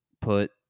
put